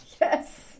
Yes